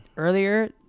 earlier